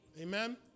Amen